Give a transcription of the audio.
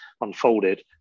unfolded